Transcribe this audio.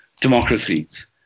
democracies